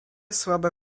słabe